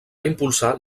impulsar